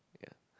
yeah